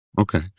Okay